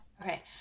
Okay